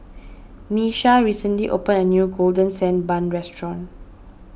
Miesha recently opened a new Golden Sand Bun restaurant